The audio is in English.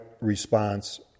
Response